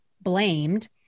blamed